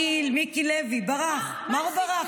מיקי לוי ברח, מה הוא ברח?